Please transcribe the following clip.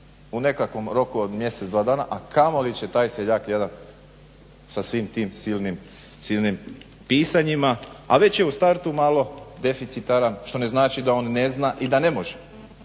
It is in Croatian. u nekakvom roku od mjesec, dva dana, a kamoli će taj seljak jadan sa svim tim silnim pisanjima, a već je u startu malo deficitaran što znači da on ne zna i da ne može,